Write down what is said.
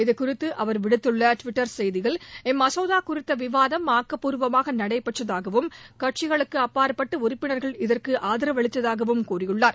இதுகுறித்து அவர் விடுத்துள்ள ட்விட்டர் செய்தியில் இம்மசோதா குறித்த விவாதம் ஆக்கபூர்வமாக நடைபெற்றதாகவும் கட்சிகளுக்கு அப்பாற்பட்டு உறுப்பினர்கள் இதற்கு ஆதரவளித்ததாகவும் கூறியுள்ளார்